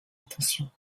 attention